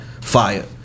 fire